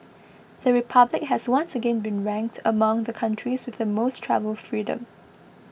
the republic has once again been ranked among the countries with the most travel freedom